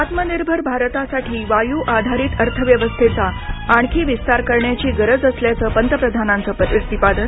आत्मनिर्भर भारतासाठी वायू आधारित अर्थव्यवस्थेचा आणखी विस्तार करण्याची गरज असल्याचं पंतप्रधानांचं प्रतिपादन